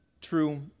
true